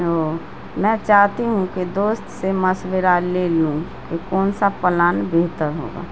اوہ میں چاہتی ہوں کہ دوست سے مشورہ لے لوں کہ کون سا پلان بہتر ہوگا